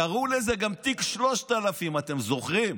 קראו לזה גם תיק 3000, אתם זוכרים?